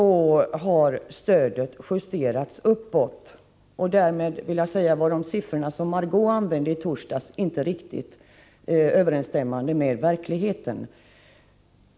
Därmed vill jag säga att de siffror som Margö Ingvardsson nämnde i torsdags inte var riktigt överensstämmande med verkligheten.